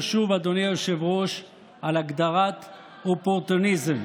שיושב-ראש ועדת הכספים הנוכחי נכנס,